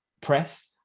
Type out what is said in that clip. press